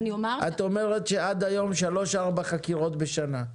את אומרת שעד היום, שלוש-ארבע חקירות בשנה.